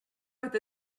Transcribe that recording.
with